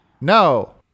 No